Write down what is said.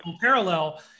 parallel